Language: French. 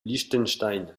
liechtenstein